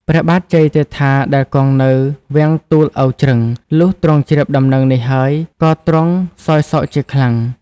ព្រះបាទជ័យជេដ្ឋា ដែលគង់នៅវាំងទូលឪជ្រឹង លុះទ្រង់ជ្រាបដំណឹងនេះហើយ ក៏ទ្រង់សោយសោកជាខ្លាំង។